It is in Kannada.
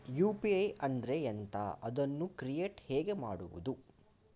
ಯು.ಪಿ.ಐ ಅಂದ್ರೆ ಎಂಥ? ಅದನ್ನು ಕ್ರಿಯೇಟ್ ಹೇಗೆ ಮಾಡುವುದು?